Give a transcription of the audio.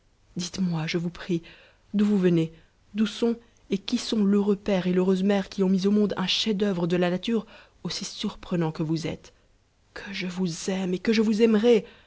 dites-moi je vous prie d'on vous venez d'où sout et qui sont l'heureux père et l'heureuse mère qui ont mis au monde un chef-d'œuvre de la nature aussi surprenant que vous êtes que je vous aime et que je vous aimerai